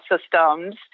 systems